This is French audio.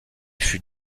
fut